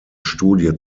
studie